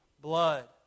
blood